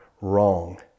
wrong